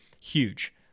Huge